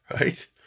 Right